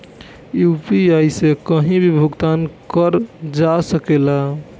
UPI से कहीं भी भुगतान कर जा सकेला?